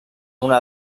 una